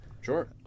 Sure